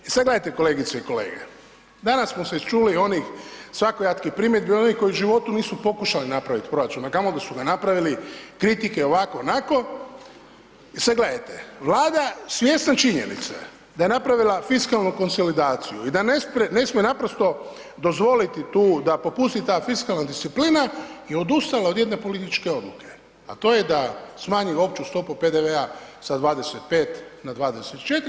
I sad gledajte kolegice i kolege, danas smo čuli svakojakih primjedbi onih koji u životu nisu pokušali napraviti proračun, a kamoli da su ga napravili kritike ovako i onako i sad gledajte Vlada svjesna činjenice da je napravila fiskalnu konsolidaciju i da ne smije naprosto dozvoliti tu da popusti ta fiskalna disciplina je odustala od jedne političke odluke, a to je da smanji opću stopu PDV-a sa 25 na 24.